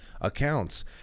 Accounts